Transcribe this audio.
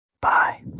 bye